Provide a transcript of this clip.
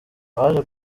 baje